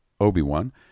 Obi-Wan